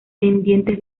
pendientes